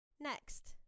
Next